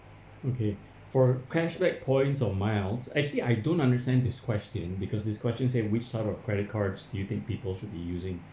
okay for cashback points or miles actually I don't understand this question because this question say which type of credit card do you think people should be using